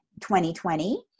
2020